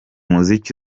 muziki